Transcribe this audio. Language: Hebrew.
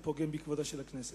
זה פוגם בכבודה של הכנסת.